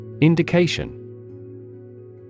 Indication